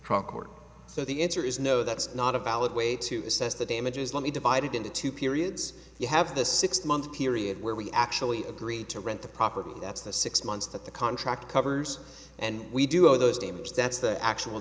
court so the answer is no that's not a valid way to assess the damages let me divided into two periods you have the six month period where we actually agreed to rent the property that's the six months that the contract covers and we do owe those names that's the actual